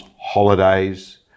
holidays